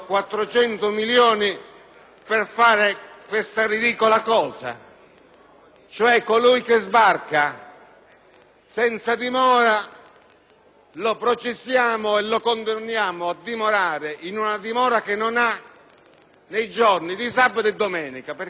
Colui che sbarca senza dimora lo processiamo e lo condanniamo a rimanere in una dimora, che non ha, nei giorni di sabato e domenica, perché gli altri giorni è libero! Questo può fare il giudice di pace.